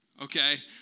Okay